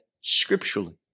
scripturally